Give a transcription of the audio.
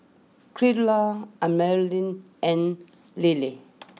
Creola Amelia and Lillie